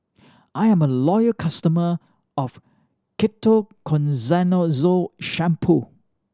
I'm a loyal customer of Ketoconazole Shampoo